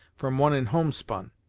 from one in homespun